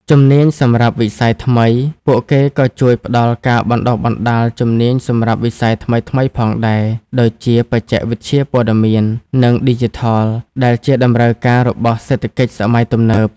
ជំនាញសម្រាប់វិស័យថ្មី ពួកគេក៏ជួយផ្តល់ការបណ្តុះបណ្តាលជំនាញសម្រាប់វិស័យថ្មីៗផងដែរ ដូចជាបច្ចេកវិទ្យាព័ត៌មាន និងឌីជីថល ដែលជាតម្រូវការរបស់សេដ្ឋកិច្ចសម័យទំនើប។